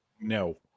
No